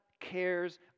cares